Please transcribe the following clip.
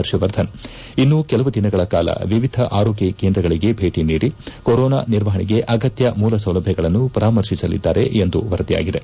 ಪರ್ಷವರ್ಧನ್ ಇನ್ನೂ ಕೆಲವು ದಿನಗಳ ಕಾಲ ವಿವಿಧ ಆರೋಗ್ಯ ಕೇಂದ್ರಗಳಿಗೆ ಭೇಟಿ ನೀಡಿ ಕೊರೋನಾ ನಿರ್ವಹಣೆಗೆ ಅಗತ್ಯ ಮೂಲ ಸೌಲಭ್ಯಗಳನ್ನು ಪರಾಮರ್ಶಿಸಲಿದ್ದಾರೆ ಎಂದು ವರದಿಯಾಗಿದೆ